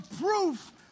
proof